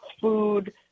food